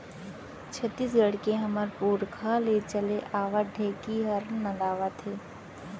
छत्तीसगढ़ के हमर पुरखा ले चले आवत ढेंकी हर नंदावत हे